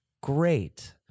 great